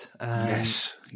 Yes